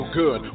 good